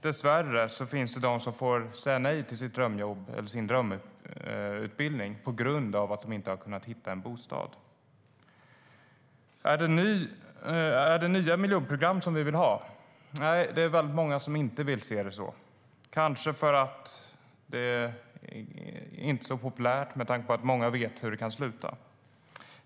Dessvärre finns det de som får säga nej till sitt drömjobb eller sin drömutbildning på grund av att de inte har kunnat hitta en bostad. Är det nya miljonprogram som vi vill ha? Nej, det är många som inte vill ha det. Kanske vill de inte det för att det inte är så populärt med tanke på att många vet hur det kan sluta.